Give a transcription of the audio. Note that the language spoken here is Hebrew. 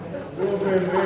נו, באמת.